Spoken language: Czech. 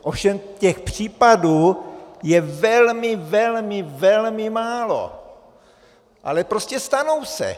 Ovšem těch případů je velmi, velmi, velmi málo, ale prostě stanou se.